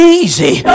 easy